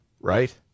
Right